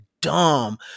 dumb